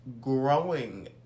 Growing